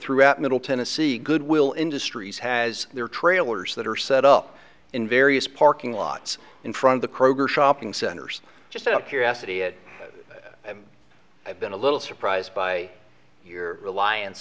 throughout middle tennessee goodwill industries has their trailers that are set up in various parking lots in from the kroger shopping centers just up curiosity it and i've been a little surprised by your reliance